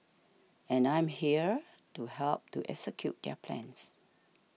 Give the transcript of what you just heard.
and I'm here to help to execute their plans